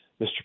Mr